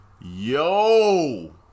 Yo